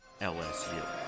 LSU